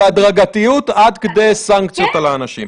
בהדרגתיות עד כדי סנקציות על האנשים.